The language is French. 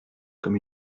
comme